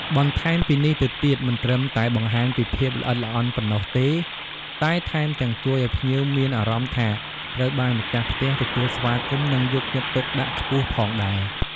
បន្ថែមពីនេះទៅទៀត មិនត្រឹមតែបង្ហាញពីភាពល្អិតល្អន់ប៉ុណ្ណោះទេ តែថែមទាំងជួយឲ្យភ្ញៀវមានអារម្មណ៍ថាត្រូវបានម្ខាស់ផ្ទះទទួលស្វាគមន៍ និងយកចិត្តទុកដាក់ខ្ពស់ផងដែរ។